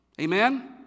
Amen